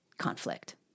conflict